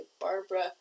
Barbara